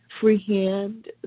freehand